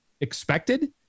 expected